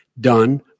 done